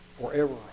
forever